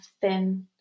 thin